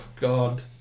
god